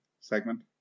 segment